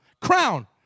Crown